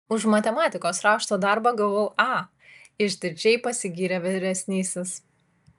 už matematikos rašto darbą gavau a išdidžiai pasigyrė vyresnysis